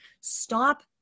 Stop